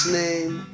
name